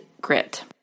grit